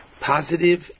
positive